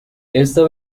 esta